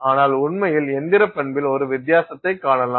ஆனால் உண்மையில் இயந்திர பண்பில் ஒரு வித்தியாசத்தைக் காணலாம்